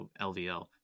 LVL